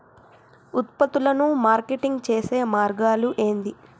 ఉత్పత్తులను మార్కెటింగ్ చేసే మార్గాలు ఏంది?